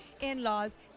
in-laws